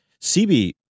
CB